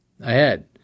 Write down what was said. ahead